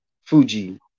Fuji